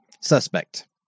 suspect